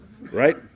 right